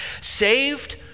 Saved